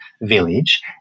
village